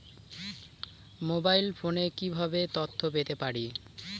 Mobile ফোনে কিভাবে তথ্য পেতে পারি?